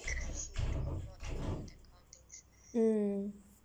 mm